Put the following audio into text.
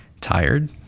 tired